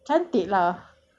being looking like